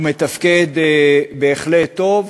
הוא מתפקד בהחלט טוב,